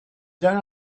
don’t